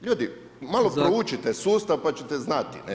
Ljudi malo proučite sustav, pa ćete znati.